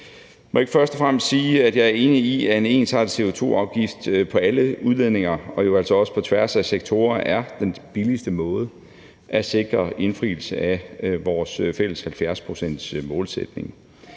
jeg ikke først og fremmest sige, at jeg er enig i, at en ensartet CO2-afgift på alle udledninger og jo altså også på tværs af sektorer er den billigste måde at sikre indfrielse af vores fælles 70-procentsmålsætning